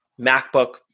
MacBook